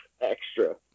Extra